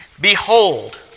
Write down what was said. Behold